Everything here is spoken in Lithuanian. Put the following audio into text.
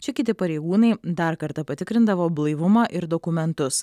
čia kiti pareigūnai dar kartą patikrindavo blaivumą ir dokumentus